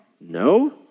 No